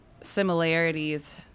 similarities